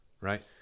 right